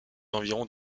environs